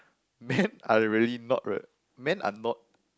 men are really not men are not